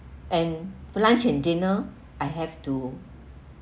and for lunch and dinner I have to